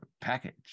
package